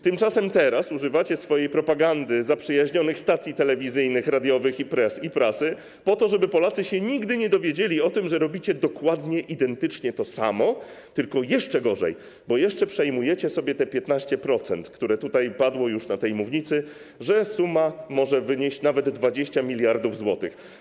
Tymczasem teraz używacie swojej propagandy zaprzyjaźnionych stacji telewizyjnych, radiowych i prasy po to, żeby Polacy się nigdy nie dowiedzieli o tym, że robicie dokładnie, identycznie to samo, tylko jeszcze gorzej, bo jeszcze przejmujecie sobie te 15%, a padło już tutaj, na tej mównicy, że suma może wynieść nawet 20 mld zł.